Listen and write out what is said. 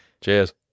Cheers